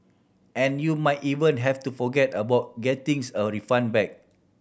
and you might even have to forget about getting a refund back